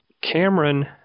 Cameron